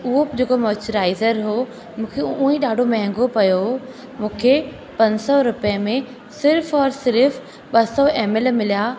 उहो जेको मॉइस्चराइज़र हुओ मूंखे उअं ई ॾाढो महिंगो पियो मूंखे पंज सौ रुपए में सिर्फ़ु और सिर्फ़ु ॿ सौ एम एल मिलिया